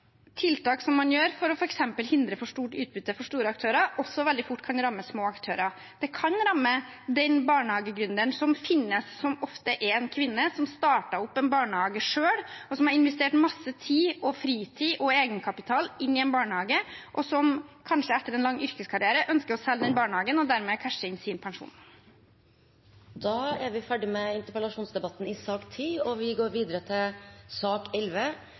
tiltak som man gjør for f.eks. å hindre for stort utbytte for store aktører, også veldig fort kan ramme små aktører. Det kan ramme den barnehagegründeren som finnes, som ofte er en kvinne, som starter opp en barnehage selv, og som har investert masse tid og fritid og egenkapital inn i en barnehage, og som kanskje etter en lang yrkeskarriere ønsker å selge barnehagen og dermed cashe inn sin pensjon. Da er vi ferdig med interpellasjonsdebatten i sak nr. 10. Digitalisering av helsesektoren er eit viktig felt å prioritera, og